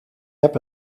heb